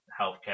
healthcare